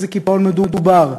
באיזה קיפאון מדובר?